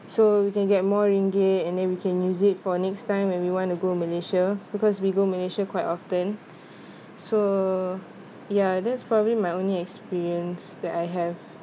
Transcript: so we can get more ringgit and then we can use it for next time when we want to go malaysia because we go malaysia quite often so ya that's probably my only experience that I have